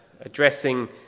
addressing